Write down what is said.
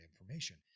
information